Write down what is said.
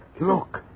Look